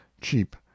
cheap